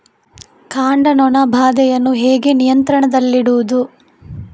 ಕಾಂಡ ನೊಣ ಬಾಧೆಯನ್ನು ಹೇಗೆ ನಿಯಂತ್ರಣದಲ್ಲಿಡುವುದು?